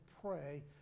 pray